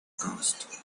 cast